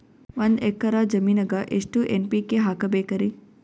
ಒಂದ್ ಎಕ್ಕರ ಜಮೀನಗ ಎಷ್ಟು ಎನ್.ಪಿ.ಕೆ ಹಾಕಬೇಕರಿ?